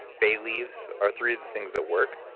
bay leaves, are three of the things that work.